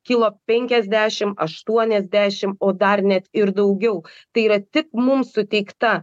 kilo penkiasdešim aštuoniasdešim o dar net ir daugiau tai yra tik mums suteikta